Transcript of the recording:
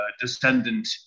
descendant